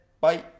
Bye